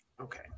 Okay